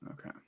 Okay